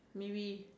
maybe